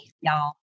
y'all